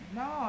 no